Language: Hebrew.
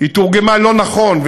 תורגמה לא נכון,